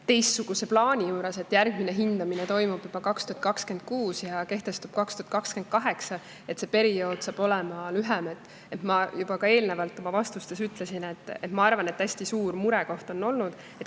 teistsuguse plaani juures, et järgmine hindamine toimub juba 2026 ja hinnad kehtestuvad 2028. Nii et see periood saab olema lühem. Ma juba eelnevalt oma vastustes ütlesin, et minu arvates hästi suur murekoht on olnud,